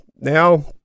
now